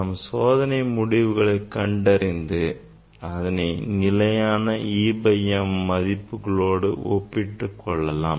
நாம் சோதனை முடிவுகளை கண்டறிந்து அதனை நிலையான e by m மதிப்புகளோடு ஒப்பிட்டுக் கொள்ளலாம்